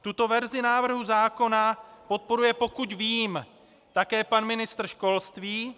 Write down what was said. Tuto verzi návrhu zákona podporuje, pokud vím, také pan ministr školství.